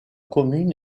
commune